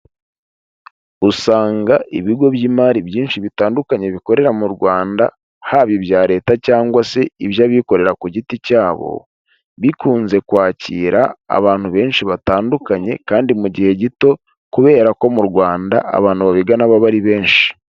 Usanga ibigo by'imari byinshi bitandukanye bikorera mu Rwanda, haba ibya Leta cyangwa se iby'abikorera ku giti cyabo, bikunze kwakira abantu benshi batandukanye kandi mu gihe gito, kubera ko mu Rwanda abantu babigana aba ari benshi.